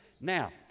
Now